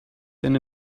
than